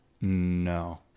No